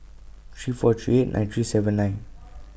three four three eight nine three seven nine